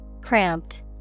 Cramped